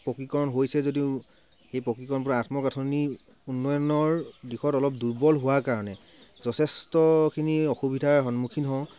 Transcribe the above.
পকীকৰণ হৈছে যদিও এই পকীকৰণ কৰা আন্তঃ গাঁঠনি উন্নয়নৰ দিশত অলপ দূৰ্বল হোৱা কাৰণে যথেষ্টখিনি অসুবিধাৰ সন্মুখীন হওঁ